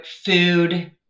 food